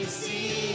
see